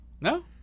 No